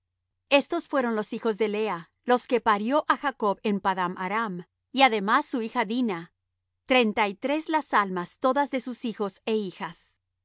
estos fueron los hijos de lea los que parió á jacob en padan aram y además su hija dina treinta y tres las almas todas de sus hijos é hijas